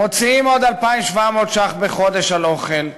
מוציאים עוד 2,700 ש"ח בחודש על אוכל.